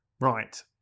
Right